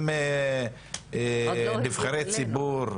גם נבחרי ציבור,